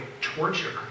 torture